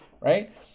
right